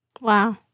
Wow